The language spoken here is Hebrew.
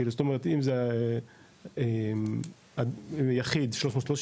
זאת אומרת אם זה יחיד 330,